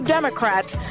Democrats